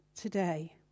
today